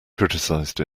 criticized